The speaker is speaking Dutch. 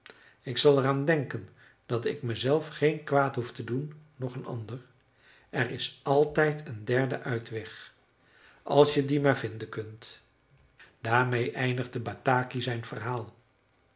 ik zal er aan denken dat ik mezelf geen kwaad hoef te doen noch een ander er is altijd een derde uitweg als je dien maar vinden kunt daarmeê eindigde bataki zijn verhaal